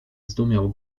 zdumiał